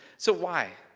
so why?